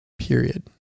period